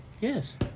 Yes